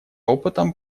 опытом